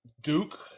Duke